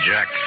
Jack